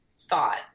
thought